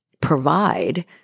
provide